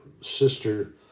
sister